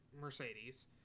Mercedes